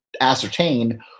ascertain